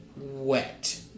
wet